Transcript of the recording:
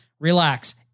Relax